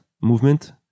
movement